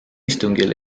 istungil